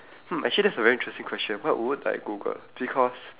hmm actually that's a very interesting question what would I Google because